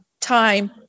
time